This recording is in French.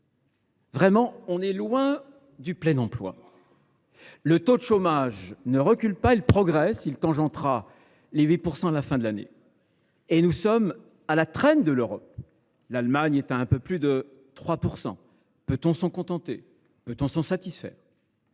Pourtant, on est très loin du plein emploi ! Le taux de chômage ne recule pas ; il progresse même et tutoiera les 8 % à la fin de l’année. Et nous sommes à la traîne de l’Europe : l’Allemagne est à un peu plus de 3 %. Peut on s’en contenter ? Peut on s’en satisfaire ?